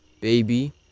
baby